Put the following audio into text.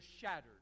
shattered